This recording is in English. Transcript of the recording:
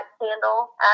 candle